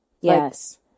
Yes